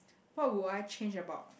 what would I change about